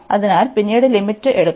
അതിനാൽ പിന്നീട് ലിമിറ്റ് എടുക്കും